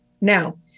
Now